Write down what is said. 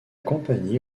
compagnie